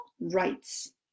rights